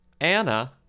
Anna